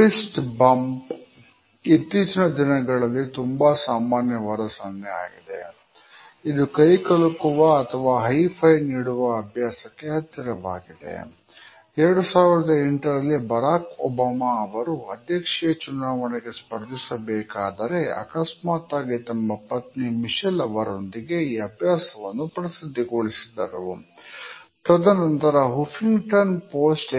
Fist bump